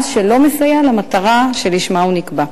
מס שלא מסייע למטרה לשמה הוא נקבע.